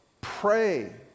pray